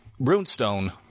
runestone